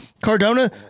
Cardona